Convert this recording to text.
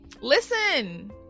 Listen